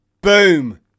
Boom